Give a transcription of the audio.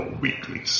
weekly